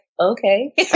okay